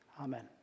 amen